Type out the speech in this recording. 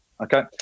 okay